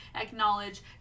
acknowledge